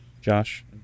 Josh